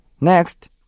next